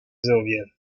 zowie